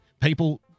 People